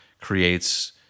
creates